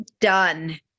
done